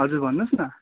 हजुर भन्नु होस् न